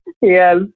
Yes